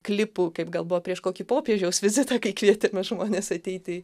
klipų kaip gal buvo prieš kokį popiežiaus vizitą kai kvietėme žmones ateiti